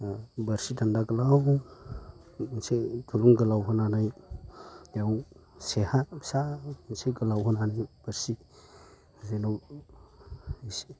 बोरसि दान्दा गोलाव इसे दुरुं गोलाव होनानै बेयाव सेहा फिसा एसे गोलाव होनानै बोरसि जेन' इसे